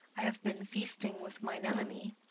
i have been feasting with mine enemy,